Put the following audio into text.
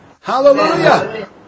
Hallelujah